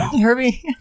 Herbie